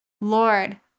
Lord